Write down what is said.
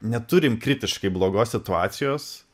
neturim kritiškai blogos situacijos